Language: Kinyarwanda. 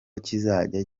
kizajya